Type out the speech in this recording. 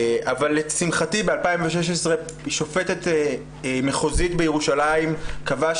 אבל לשמחתי ב-2016 שופטת מחוזית בירושלים קבעה